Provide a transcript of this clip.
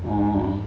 oh